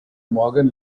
morgan